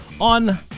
on